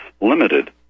limited